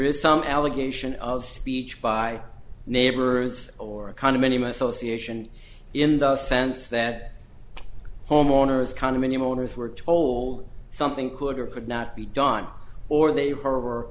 is some allegation of speech by neighbors or a condominium association in the sense that homeowners condominium owners were told something could or could not be done or they